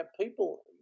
people